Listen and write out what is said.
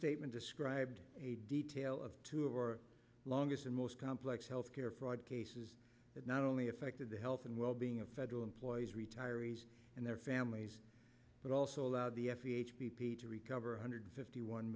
statement described a detail of two of our longest and most complex healthcare fraud cases that not only affected the health and well being of federal employees retirees and their families but also allowed the s c h b p to recover hundred fifty one